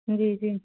जी जी